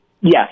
Yes